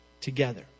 together